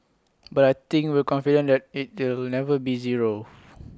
but I think we're confident that IT deal never be zero